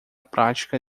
prática